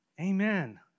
Amen